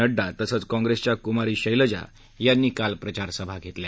नङ्डा तसंच काँग्रेसच्या कुमारी शैलजा यांनी काल प्रचारसभा घेतल्या